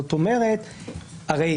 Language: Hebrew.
זאת אומרת, הרי